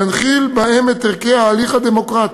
להנחיל בהם את ערכי ההליך הדמוקרטי,